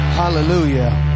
hallelujah